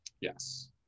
Yes